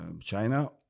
china